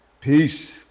Peace